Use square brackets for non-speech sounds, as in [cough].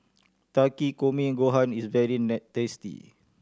Takikomi Gohan is very [unintelligible] tasty